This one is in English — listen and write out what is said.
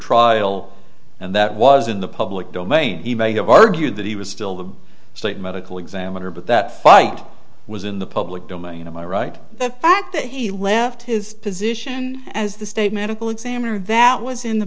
trial and that was in the public domain he may have argued that he was still the state medical examiner but that fight was in the public domain am i right the fact that he left his position as the state medical examiner that was in the